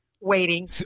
waiting